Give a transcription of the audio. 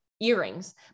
earrings